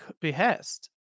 behest